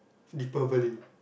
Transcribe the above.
Diwali